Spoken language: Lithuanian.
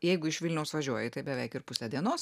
jeigu iš vilniaus važiuoji tai beveik pusė dienos